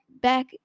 back